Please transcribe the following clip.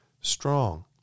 strong